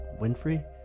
Winfrey